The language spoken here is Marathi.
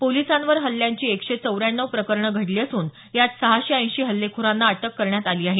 पोलिसांवर हल्ल्यांची एकशे चौऱ्याण्णव प्रकरणं घडली असून यात सहाशे ऐंशी हल्लेखोरांना अटक करण्यात आली आहे